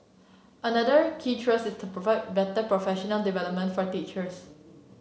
another key thrust is to provide better professional development for teachers